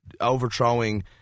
overthrowing